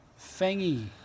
Fangy